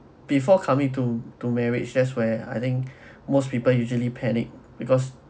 before come in to to marriage that's where I think most people usually panic because